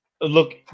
Look